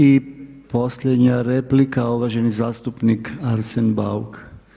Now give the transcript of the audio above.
I posljednja replika, uvaženi zastupnik Arsen Bauk.